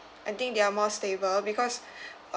I think they are more stable because